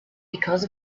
because